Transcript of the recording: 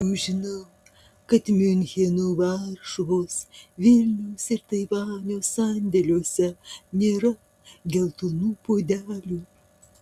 jau žinau kad miuncheno varšuvos vilniaus ir taivanio sandėliuose nėra geltonų puodelių